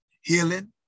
Healing